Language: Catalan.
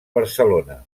barcelona